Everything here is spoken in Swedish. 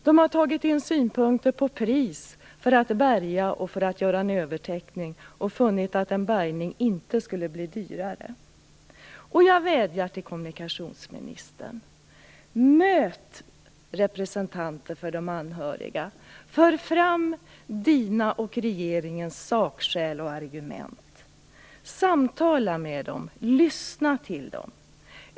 De har tagit in synpunkter på pris för att bärga och för att göra en övertäckning och funnit att en bärgning inte skulle bli dyrare. Jag vädjar till kommunikationsministern om att hon möter representanter för de anhöriga, att hon för fram sina och regeringens sakskäl och argument, att hon samtalar med de anhöriga och lyssnar till dem.